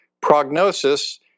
prognosis